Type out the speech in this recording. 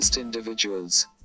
individuals